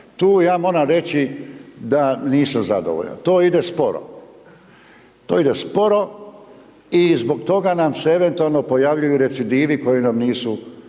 Tu ja moram reći da nisam zadovoljan, to ide sporo i zbog toga nam se eventualno pojavljuju recidivi koji nam nisu